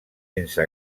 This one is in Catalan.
sense